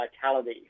vitality